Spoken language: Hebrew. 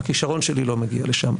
-- לא מגיע לשם.